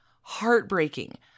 heartbreaking